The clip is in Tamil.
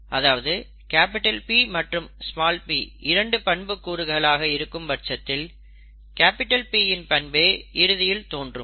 அதாவது P மற்றும் p இரண்டு பண்புக்கூறுகள் ஆக இருக்கும் பட்சத்தில் P இன் பண்பே இறுதியில் தோன்றும்